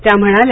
त्या म्हणाल्या